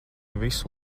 visu